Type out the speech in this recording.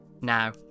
Now